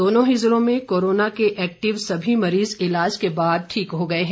दोनों ही ज़िलों में कोरोना के एक्टिव सभी मरीज इलाज के बाद ठीक हो गए हैं